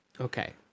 Okay